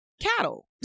cattle